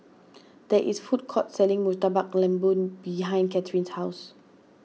there is a food court selling Murtabak Lembu behind Cathryn's house